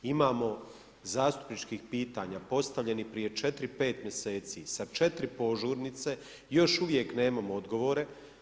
Imamo zastupničkih pitanja postavljenih prije 4, 5 mjeseci sa 4 požurnice i još uvijek nemamo odgovore.